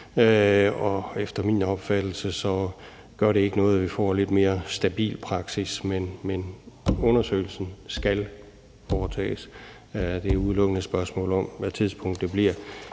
og efter min opfattelse gør det ikke noget, at vi får en lidt mere stabil praksis. Men undersøgelsen skal foretages – det er udelukkende et spørgsmål om, hvad tidspunkt det bliver.